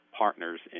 partners